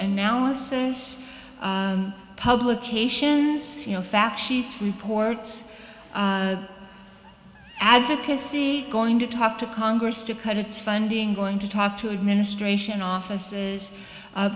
analysis publications you know fact sheets reports advocacy going to talk to congress to cut its funding going to talk to administration offices